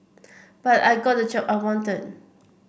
but I got the job I wanted